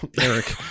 Eric